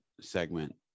segment